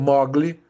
Mowgli